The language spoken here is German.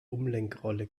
umlenkrolle